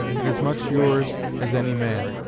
and as much yours as any man.